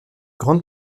grande